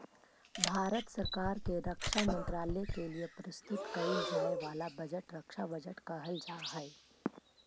भारत सरकार के रक्षा मंत्रालय के लिए प्रस्तुत कईल जाए वाला बजट रक्षा बजट कहल जा हई